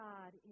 God